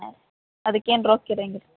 ಹಾಂ ಅದಿಕ್ಕೇನು ರೋಕ್ಕ ಇರಂಗಿಲ್ಲ